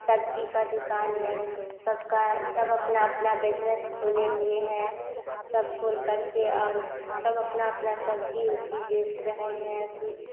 सब्जी का दुकान है सबका सब अपना अपना बिजनेस खोले हुए हैं सब खोल करके और सब अपना अपना सब्जी उब्जी बेच रहे हैं